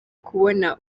kubona